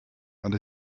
and